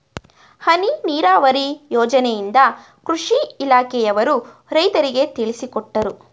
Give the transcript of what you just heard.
ಹನಿ ನೀರಾವರಿ ಯೋಜನೆಯಿಂದ ಕೃಷಿ ಇಲಾಖೆಯವರು ರೈತರಿಗೆ ತಿಳಿಸಿಕೊಟ್ಟರು